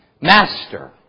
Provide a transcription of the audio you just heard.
Master